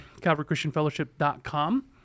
calvarychristianfellowship.com